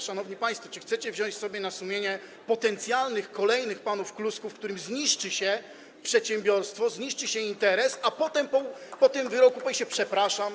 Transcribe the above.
Szanowni państwo, czy chcecie wziąć na sumienie potencjalnych, kolejnych panów Klusków, którym zniszczy się przedsiębiorstwo, zniszczy się interes, a potem, po tym wyroku, powie się przepraszam?